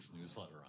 newsletter